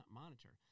monitor